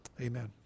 Amen